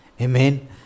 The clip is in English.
Amen